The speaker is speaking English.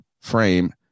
frame